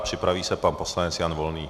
Připraví se pan poslanec Jan Volný.